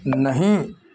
نہیں